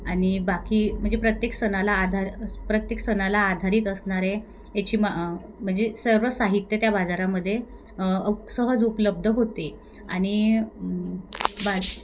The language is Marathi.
आणि बाकी म्हणजे प्रत्येक सणाला आधार प्रत्येक सणाला आधारित असणारे याची मा म्हणजे सर्व साहित्य त्या बाजारामध्ये सहज उपलब्ध होते आणि बाज